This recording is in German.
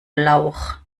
lauch